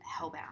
Hellbound